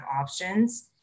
options